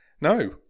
No